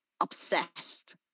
obsessed